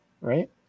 Right